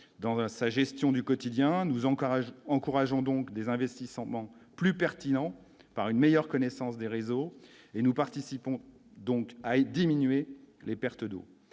un sa gestion du quotidien nous Ankara encourageons donc des investisseurs manque plus pertinents par une meilleure connaissance des réseaux et nous participons donc à et diminuer les pertes d'eau